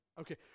Okay